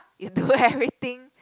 you do everything